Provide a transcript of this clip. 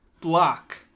block